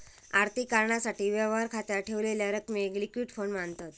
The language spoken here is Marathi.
आर्थिक कारणासाठी, व्यवहार खात्यात ठेवलेल्या रकमेक लिक्विड फंड मांनतत